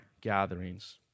gatherings